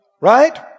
Right